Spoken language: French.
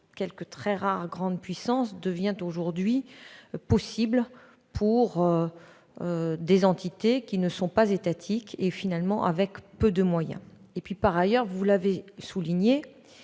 quelques très rares grandes puissances devient aujourd'hui possible pour des entités non étatiques, avec, finalement, peu de moyens. Par ailleurs, vous l'avez souligné,